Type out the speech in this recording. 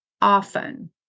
often